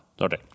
Okay